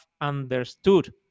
understood